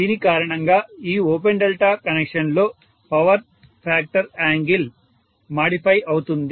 దీని కారణంగా ఈ ఓపెన్ డెల్టా కనెక్షన్లో పవర్ ఫ్యాక్టర్ యాంగిల్ మాడిఫై అవుతుంది